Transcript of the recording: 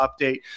update